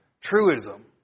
truism